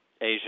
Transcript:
Asia